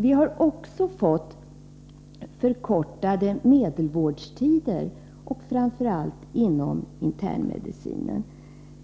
Vi har också fått förkortade medelvårdtider, framför allt inom internmedicinen.